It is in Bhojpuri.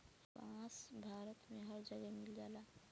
बांस भारत में हर जगे मिल जाला